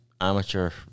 amateur